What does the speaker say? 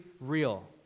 real